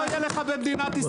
--- לא יהיה לך במדינת ישראל.